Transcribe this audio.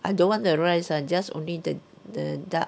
I don't want the rice [one] just only the the duck